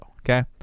Okay